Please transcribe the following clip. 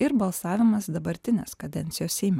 ir balsavimas dabartinės kadencijos seime